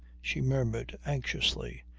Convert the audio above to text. she murmured anxiously.